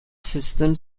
system